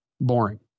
Boring